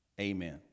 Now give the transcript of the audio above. Amen